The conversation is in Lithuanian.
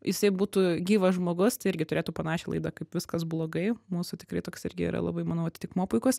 jisai būtų gyvas žmogus tai irgi turėtų panašią laidą kaip viskas blogai mūsų tikrai toks irgi yra labai manau atitikmuo puikus